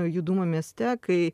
judumą mieste kai